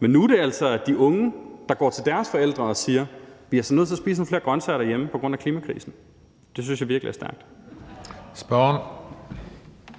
men nu er det altså de unge, der går til deres forældre og siger: Vi er altså nødt til at spise nogle flere grøntsager derhjemme på grund af klimakrisen. Det synes jeg virkelig er stærkt. Kl.